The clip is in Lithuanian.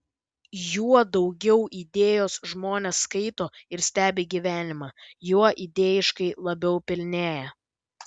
juo daugiau idėjos žmonės skaito ir stebi gyvenimą juo idėjiškai labiau pilnėja